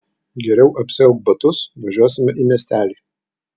geriau apsiauk batus važiuosime į miestelį